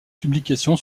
publication